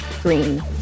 Green